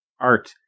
art